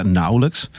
nauwelijks